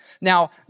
Now